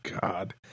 god